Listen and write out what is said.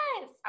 Yes